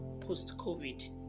post-covid